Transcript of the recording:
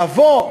נבוא,